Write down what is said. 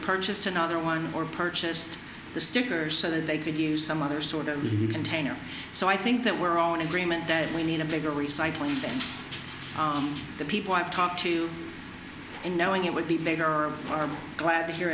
purchased another one or purchased the sticker so that they could use some other sort of container so i think that we're all in agreement that we need a bigger recycling the people i've talked to in knowing it would be better or are glad to hear